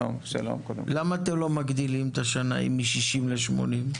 למה אתם לא מגדילים את השנאים מ-60% ל-80%?